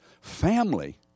Family